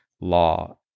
law